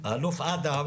האלוף אדם